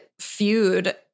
feud